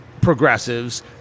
progressives